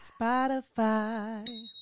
Spotify